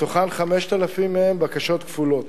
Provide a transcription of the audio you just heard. מתוכן 5,000 בקשות כפולות.